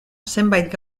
zenbait